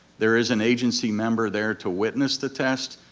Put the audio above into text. there is an agency member there to witness the test,